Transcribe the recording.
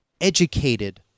educated